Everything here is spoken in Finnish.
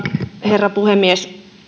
herra puhemies